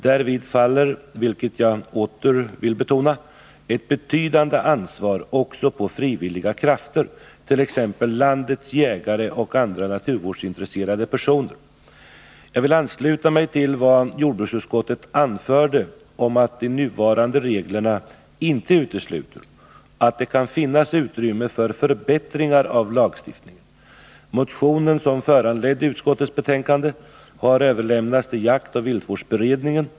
Därvid faller, vill jag åter betona, ett betydande ansvar också på frivilliga krafter, t.ex. landets jägare och andra naturvårdsintresserade personer. Jag vill ansluta mig till vad jordbruksutskottet anförde om att de nuvarande reglerna inte utesluter att det kan finnas utrymme för förbättringar av lagstiftningen. Motionen som föranledde utskottets betänkande har överlämnats till jaktoch viltvårdsberedningen.